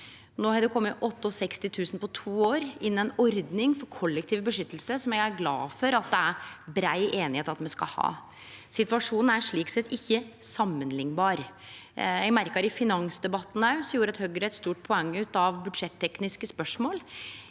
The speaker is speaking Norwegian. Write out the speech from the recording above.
No har det kome 68 000 på to år, innan ei ordning for kollektiv beskyttelse som eg er glad for at det er brei einigheit om at me skal ha. Situasjonen er slik sett ikkje samanliknbar. Eg merka meg òg i finansdebatten at Høgre gjorde eit stort poeng ut av budsjettekniske spørsmål.